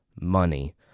money